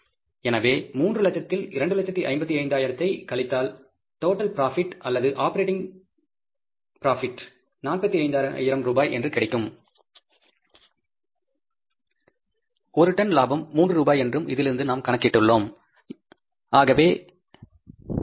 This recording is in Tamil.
எனவே 300000 இல் 255000 ஐ கழித்தாள் டோடல் ப்ராபிட் அல்லது ஆபெரடிங் ப்ராபிட் 45000 ரூபாய் என்றும் ஒரு டன் லாபம் 3 ரூபாய் என்றும் இதிலிருந்து நாம் கணக்கிட்டுள்ளோம் இல்லையா